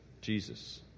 Jesus